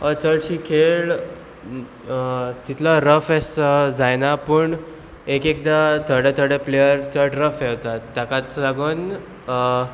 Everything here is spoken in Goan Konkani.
चडशी खेळ तितलो रफ एस जायना पूण एक एकदां थोडे थोडे प्लेयर चड रफ येवतात ताकाच लागून